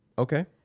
Okay